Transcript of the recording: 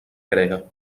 grega